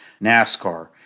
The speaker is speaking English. NASCAR